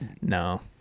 No